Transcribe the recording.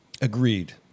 Agreed